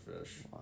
fish